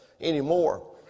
anymore